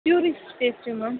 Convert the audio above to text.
tourist பேசுகிறேன் ma'am